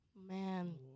Man